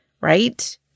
right